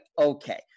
Okay